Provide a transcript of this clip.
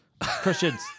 Christians